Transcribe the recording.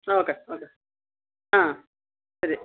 okay okay ആ ശരി